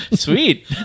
Sweet